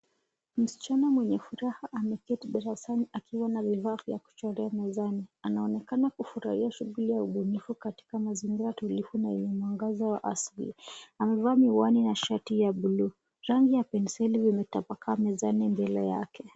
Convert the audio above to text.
Msichana mwenye furaha ameketi darasani akiwa na vifaa vya kuchorea mezani, anaonekana kufurahia shughuli ya ubunifu katika mazingira tulivu na yenye mwangaza wa asili, amevaa miwani na shati ya blue . Rangi ya penseli vimetapakaa mezani mbele yake.